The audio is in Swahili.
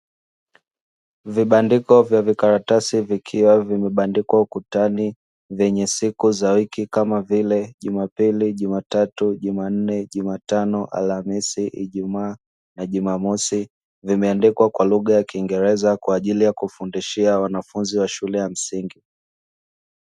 Vibandiko vya vikaratasi vikiwa vimebandikwa ukutani, vyenye siku za wiki, kama vile: jumapili, jumatatu, jumanne, jumatano, alhamisi, ijumaa na jumamosi. Vimeandikwa kwa lugha ya kiingereza kwa ajili ya kufundishia wanafunzi wa shule ya msingi.